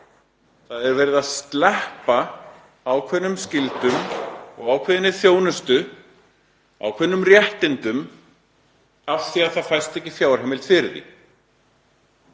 Það er verið að sleppa ákveðnum skyldum og ákveðinni þjónustu, ákveðnum réttindum af því að það fæst ekki fjárheimild fyrir því.